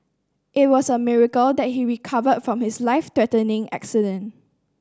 it was a miracle that he recovered from his life threatening accident